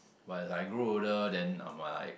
but as I grew older then I'm like